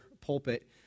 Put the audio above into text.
pulpit